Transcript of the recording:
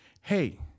Hey